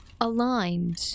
aligned